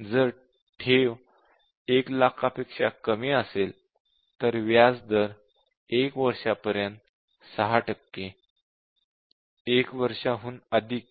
जर ठेव 1 लाखापेक्षा कमी असेल तर व्याज दर 1 वर्षापर्यंत 6 टक्के 1 वर्षाहून अधिक